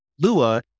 Lua